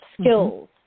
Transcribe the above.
skills